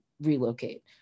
relocate